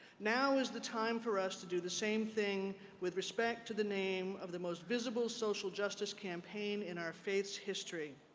now is the time for us to do the same thing with respect to the name of the most visible social justice campaign in our denomination's history.